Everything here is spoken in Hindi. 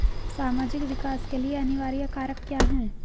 सामाजिक विकास के लिए अनिवार्य कारक क्या है?